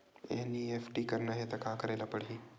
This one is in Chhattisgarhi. एन.ई.एफ.टी करना हे त का करे ल पड़हि?